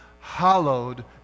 Hallowed